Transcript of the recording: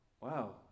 wow